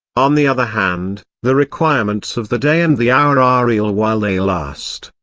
on the other hand, the requirements of the day and the hour are real while they last,